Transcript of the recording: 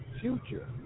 future